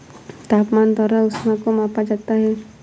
तापमान द्वारा ऊष्मा को मापा जाता है